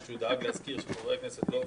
שהוא דאג להזכיר שחברי הכנסת לא הופיעו,